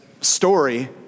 story